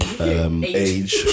age